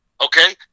okay